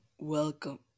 Welcome